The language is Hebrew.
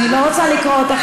אני לא רוצה לקרוא אותך,